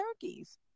turkeys